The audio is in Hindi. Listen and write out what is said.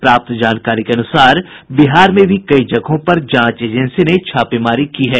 प्राप्त जानकारी के अनुसार बिहार में भी कई जगहों पर जांच एजेंसी ने छापेमारी की है